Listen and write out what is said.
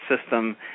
system